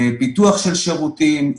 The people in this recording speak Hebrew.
פיתוח של שירותים,